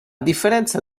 differenza